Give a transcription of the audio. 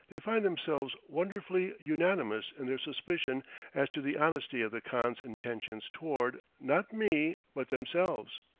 they find themselves wonderfully unanimous in their suspicions as to the honesty of the khan's intentions toward not me, but themselves!